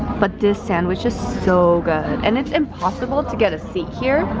but this sandwich is so good! and it's impossible to get a seat here,